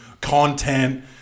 content